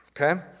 okay